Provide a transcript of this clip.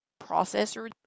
processor